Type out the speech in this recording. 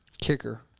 Kicker